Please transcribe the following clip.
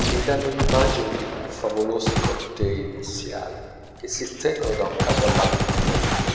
che danno l'immagine di favolosi cortei nuziali che si estendano da un capo all'altro di parigi